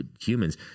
humans